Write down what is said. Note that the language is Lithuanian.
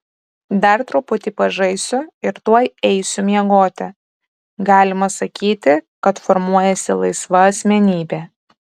dar truputį pažaisiu ir tuoj eisiu miegoti galima sakyti kad formuojasi laisva asmenybė